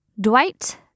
Dwight